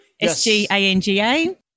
S-G-A-N-G-A